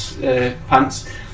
pants